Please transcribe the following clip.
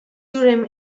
urim